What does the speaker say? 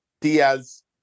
Diaz